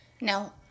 Now